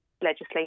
legislation